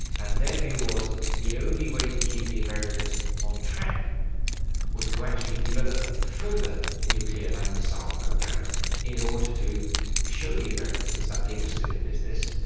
and their view was the only way to keep the americans on track was to actually develop further nuclear and missile programs in order to show the americans that they were still in business,